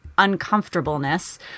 Uncomfortableness